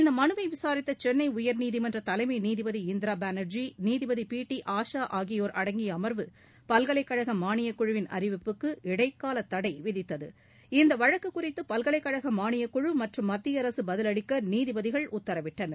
இந்த மனுவை விசாித்த சென்னை உயா்நீதிமன்ற தலைமை நீதிபதி இந்திரா பானா்ஜி நீதிபதி பி டி ஆஷா ஆகியோர் அடங்கிய அமா்வு பல்கலைக்கழக மானியக் குழுவின் அறிவிப்புக்கு இடைக்கால தடை விதித்து இவ்வழக்கு குறித்து பல்கலைக்கழக மானியக் குழு மற்றும் மத்திய அரசு பதிலளிக்க நீதிபதிகள் உத்தரவிட்டனர்